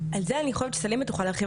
על זה אני חושבת שסלימה תוכל להרחיב,